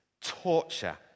torture